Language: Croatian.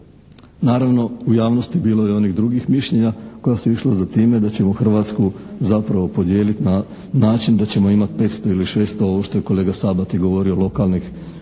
Naravno, u javnosti bilo je onih drugih mišljenja koja su išla za time da ćemo Hrvatsku zapravo podijeliti na način da ćemo imati 500 ili 600, ovo što je kolega Sabati govorio, lokalnih šerifa